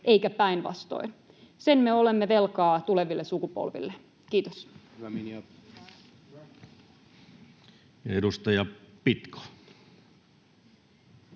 eikä päinvastoin. Sen me olemme velkaa tuleville sukupolville. — Kiitos. [Timo